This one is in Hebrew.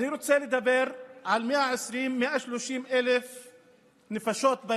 אני רוצה להזכיר לכולם שעד 2001 הייתה רשות לחינוך הבדואים